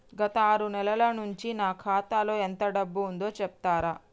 గత ఆరు నెలల నుంచి నా ఖాతా లో ఎంత డబ్బు ఉందో చెప్తరా?